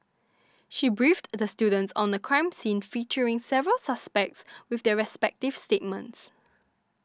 she briefed the students on a crime scene featuring several suspects with their respective statements